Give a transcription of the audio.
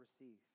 receive